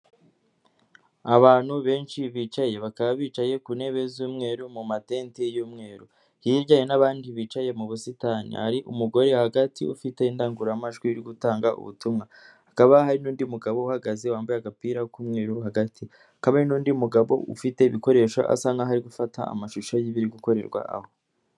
Abantu benshi bicaye bakaba bicaye ku ntebe z'umweru mu mateti y'umweru hirya hari nabandi bicaye mu busitani hari umugore hagati ufite indangururamajwi yo gutanga ubutumwa hakaba hari n'undi mugabo uhagaze wambaye agapira k'umweruru hagati kabe n'undi mugabo ufite ibikoresho asa nkaho ari gufata amashusho y'ibiri gukorerwa aho.